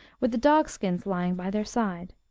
with the dog-skins lying by their side.